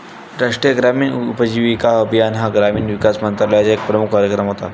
राष्ट्रीय ग्रामीण उपजीविका अभियान हा ग्रामीण विकास मंत्रालयाचा एक प्रमुख कार्यक्रम होता